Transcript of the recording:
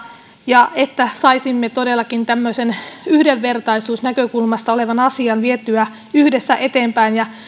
ja että saisimme todellakin tämmöisen yhdenvertaisuusnäkökulmasta olevan asian vietyä yhdessä eteenpäin